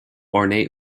ornate